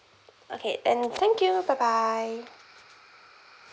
okay then thank you bye bye